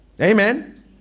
Amen